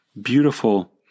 Beautiful